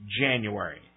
January